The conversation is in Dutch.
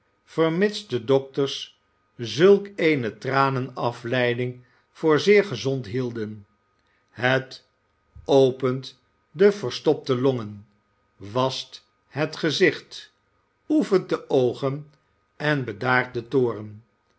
vermits de dokters zulk eene tranenafleiding voor zeer gezond hielden het opent de verstopte iongen wascht het gezicht oefent de oogen en bedaart den toorn